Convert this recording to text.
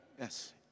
Yes